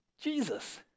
Jesus